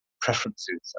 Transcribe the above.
preferences